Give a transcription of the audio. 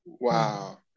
Wow